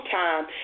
time